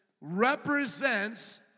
represents